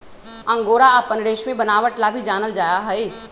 angora अपन रेशमी बनावट ला भी जानल जा हई